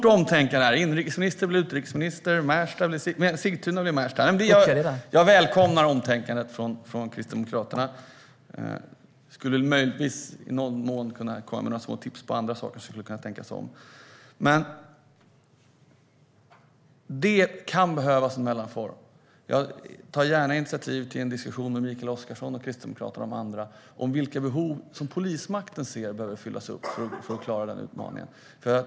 Herr talman! Jag välkomnar omtänkandet från Kristdemokraterna. Jag skulle möjligtvis kunna komma med några små tips på andra saker där det kunde tänkas om. Det kan behövas en mellanform. Jag tar gärna initiativ till en diskussion med Mikael Oscarsson och Kristdemokraterna om vilka behov polismakten anser behöver fyllas på för att klara den utmaningen.